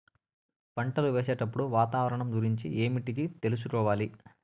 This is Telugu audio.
పంటలు వేసేటప్పుడు వాతావరణం గురించి ఏమిటికి తెలుసుకోవాలి?